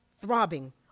throbbing